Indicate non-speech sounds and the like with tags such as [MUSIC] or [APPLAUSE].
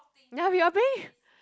ya we are paying [LAUGHS]